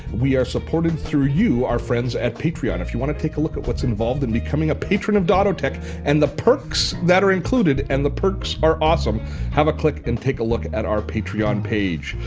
we are supported through you, our friends at patreon. if you want to take a look at what's involved in becoming a patron of dottotech and the perks that are included and the perks are awesome have a click and take a look at our patreon page.